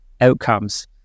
outcomes